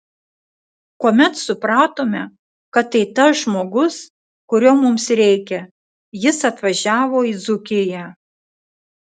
kuomet supratome kad tai tas žmogus kurio mums reikia jis atvažiavo į dzūkiją